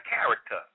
character